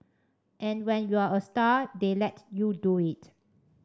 and when you're a star they let you do it